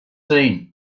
seen